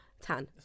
tan